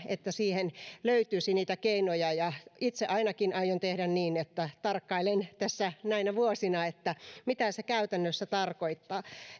niin että siihen löytyisi niitä keinoja itse ainakin aion tehdä niin että tarkkailen tässä näinä vuosina mitä se käytännössä tarkoittaa